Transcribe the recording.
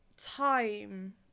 time